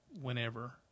whenever